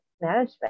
management